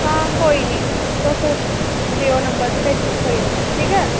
आं कोई निं तुस देओ नंबर ते भेजो ठीक ऐ